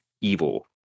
evil